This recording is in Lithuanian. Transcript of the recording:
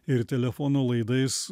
ir telefono laidais